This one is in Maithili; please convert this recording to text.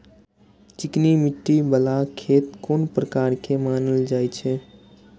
चिकनी मिट्टी बाला खेत कोन प्रकार के मानल जाय छै?